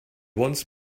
wants